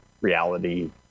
reality